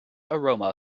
aroma